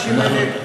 הקשישים האלה,